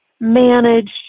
managed